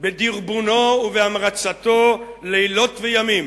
בדרבונו ובהמרצתו לילות וימים